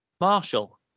Marshall